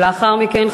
ולאחר מכן,